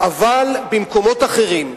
אבל במקומות אחרים,